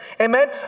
Amen